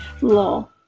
lol